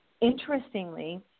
interestingly